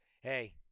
hey